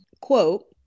quote